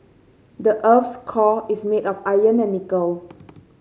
the earth's core is made of iron and nickel